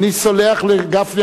אני סולח לגפני,